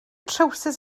trywsus